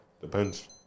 Depends